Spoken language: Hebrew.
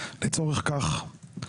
לצורך כך,